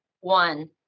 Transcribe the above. one